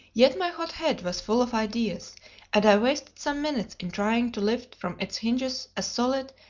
yet my hot head was full of ideas and i wasted some minutes in trying to lift from its hinges a solid,